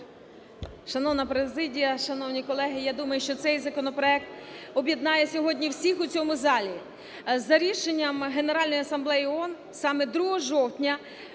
Дякую.